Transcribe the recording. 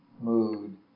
mood